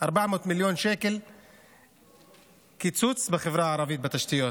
400 מיליון שקל קיצוץ בחברה הערבית בתשתיות.